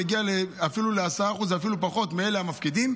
ומגיע אפילו ל-10%; אפילו פחות מאלה מפקידים,